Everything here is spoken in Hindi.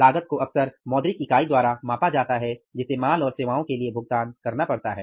लागत को अक्सर मौद्रिक इकाई द्वारा मापा जाता है जिसे माल और सेवाओं के लिए भुगतान करना पड़ता है